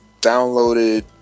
downloaded